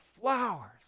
flowers